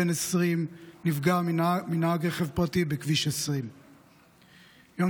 בן 20 נפגע מנהג רכב פרטי בכביש 20. ביום